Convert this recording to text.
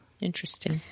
Interesting